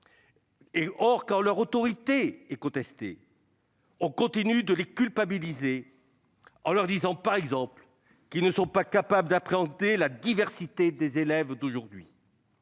soutenus quand leur autorité est contestée. Or l'on continue de les culpabiliser, en leur disant, par exemple, qu'ils ne sont pas capables d'appréhender la diversité des élèves d'aujourd'hui.